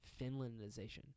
Finlandization